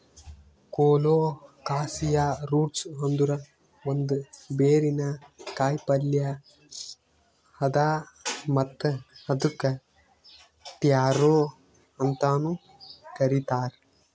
colocasia roots ಅಂದುರ್ ಒಂದ್ ಬೇರಿನ ಕಾಯಿಪಲ್ಯ್ ಅದಾ ಮತ್ತ್ ಇದುಕ್ ಟ್ಯಾರೋ ಅಂತನು ಕರಿತಾರ್